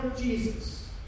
Jesus